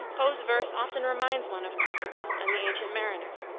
poe's verse often reminds one of christabel and the ancient mariner,